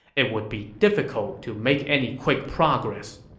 it would be difficult to make any quick progress.